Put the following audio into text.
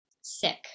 sick